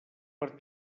per